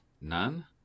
None